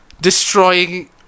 Destroying